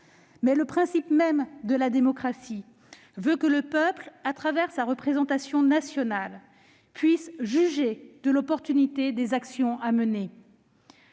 Mais le principe même de la démocratie veut que le peuple, à travers sa représentation nationale, puisse juger de l'opportunité des actions à mener.